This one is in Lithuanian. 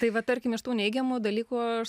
tai va tarkim iš tų neigiamų dalykų aš